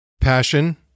Passion